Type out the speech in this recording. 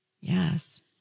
Yes